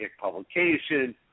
Publication